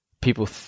people